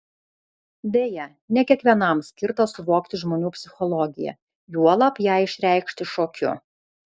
deja ne kiekvienam skirta suvokti žmonių psichologiją juolab ją išreikšti šokiu